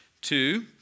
two